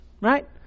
right